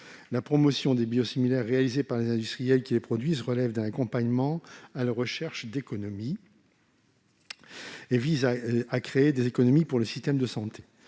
La promotion des biosimilaires réalisée par les industriels qui les produisent relève d'un accompagnement à la recherche d'économies. Le potentiel d'économies supplémentaires